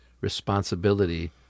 responsibility